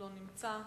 לא נמצא,